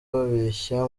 babeshya